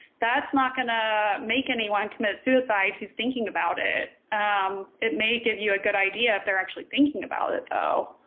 that's not gonna make anyone commit suicide who's thinking about it um it may give you a good idea if they're actually thinking about it though.